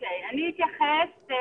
אני אתייחס.